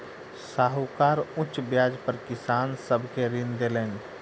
साहूकार उच्च ब्याज पर किसान सब के ऋण देलैन